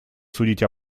судить